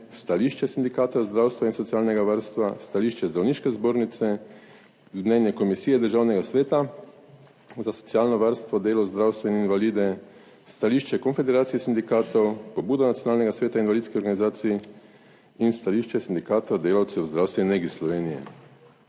stališče Sindikata zdravstva in socialnega varstva, stališče Zdravniške zbornice, mnenje Komisije Državnega sveta za socialno varstvo, delo, zdravstvo in invalide, stališče Konfederacije sindikatov, pobudo Nacionalnega sveta invalidskih organizacij in stališče Sindikata delavcev v zdravstveni negi Slovenije.